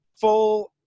full